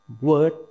word